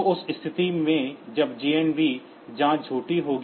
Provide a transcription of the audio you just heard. तो उस स्थिति में यह जेएनबी जाँच झूठी होगी